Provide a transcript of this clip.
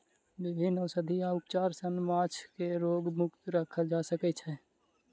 विभिन्न औषधि आ उपचार सॅ माँछ के रोग मुक्त राखल जा सकै छै